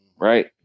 right